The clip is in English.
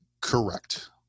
Correct